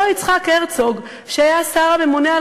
אותו יצחק הרצוג שהיה השר הממונה על